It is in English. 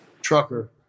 trucker